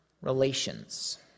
relations